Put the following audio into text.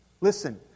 Listen